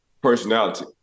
personality